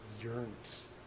yearns